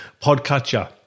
podcatcher